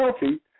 healthy